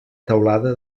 teulada